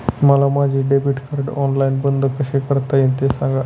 मला माझे debit card online बंद कसे करता येईल, ते सांगा